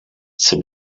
c’est